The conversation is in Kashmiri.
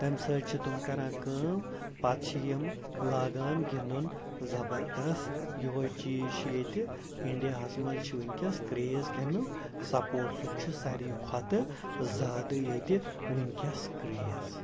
تَمہِ سۭتۍ چھِ تِم کَران کٲم پَتہٕ چھِ یِم لاگان گِنٛدُن زبردَس یوٚہَے چیٖز چھِ ییٚتہِ اِنٛڈیاہَس منٛز چھِ وٕنۍکٮ۪س کرٛیز کَمیُک سپوٹسُک چھِ ساروی کھۄتہٕ زیادٕ ییٚتہِ وٕنۍکٮ۪س کرٛیز